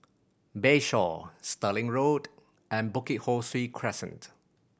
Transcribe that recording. Bayshore Stirling Road and Bukit Ho Swee Crescent